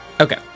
Okay